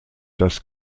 das